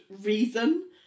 reason